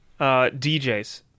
DJs